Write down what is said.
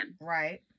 Right